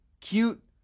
cute